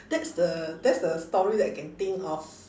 that's the that's the story that I can think of